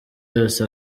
yose